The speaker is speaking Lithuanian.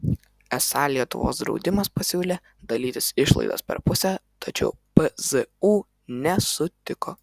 esą lietuvos draudimas pasiūlė dalytis išlaidas per pusę tačiau pzu nesutiko